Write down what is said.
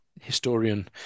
historian